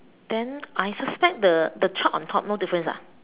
then I suspect the the truck on top no difference ah